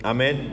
Amen